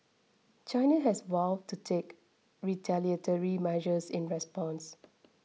China has vowed to take retaliatory measures in response